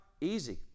easy